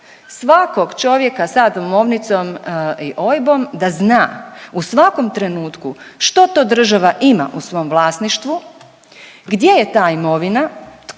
svakog čovjeka sa domovnicom i OIB-om da zna u svakom trenutku što to država ima u svom vlasništvu, gdje je ta imovina,